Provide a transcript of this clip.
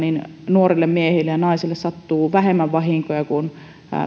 nuorille miehille ja naisille sattuu vähemmän vahinkoja kuin